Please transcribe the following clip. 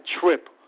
trip